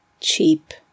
Cheap